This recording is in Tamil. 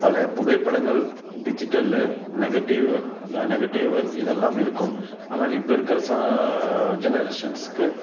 பழைய புகைப்படங்கள் டிஜிட்டலு நெகட்டிவ் நெகட்டிவ்வு இதெல்லாம் இருக்கும் ஆனால் இப்போ இருக்கிற சா ஜெனரேஷன்ஸுக்கு